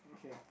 okay